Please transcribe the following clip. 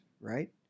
right